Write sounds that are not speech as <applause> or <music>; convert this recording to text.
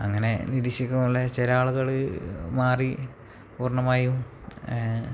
അങ്ങനെ നിരീക്ഷിക്കു <unintelligible> ചില ആളുകള് മാറി പൂർണമായും